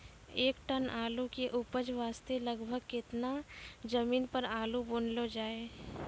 एक टन आलू के उपज वास्ते लगभग केतना जमीन पर आलू बुनलो जाय?